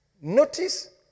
notice